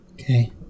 Okay